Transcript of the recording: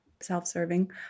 self-serving